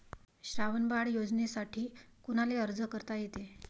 श्रावण बाळ योजनेसाठी कुनाले अर्ज करता येते?